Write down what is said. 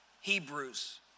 Hebrews